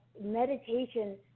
meditation